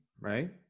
right